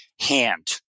hand